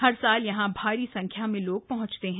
हर साल यहां भारी संख्या में लोग पहुंचते हैं